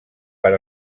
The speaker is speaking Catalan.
per